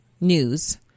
news